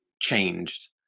changed